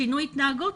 שינוי התנהגות,